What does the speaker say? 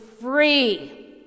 free